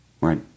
Right